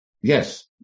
Yes